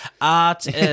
Art